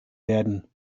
werden